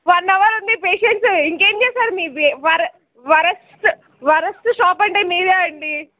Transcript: one అవరుంది patience ఇంకేం చేస్తారు మీరు వర వరస్టు వరస్టు షాపంటే మీదే అండి